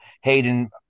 Hayden